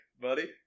buddy